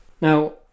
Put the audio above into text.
Now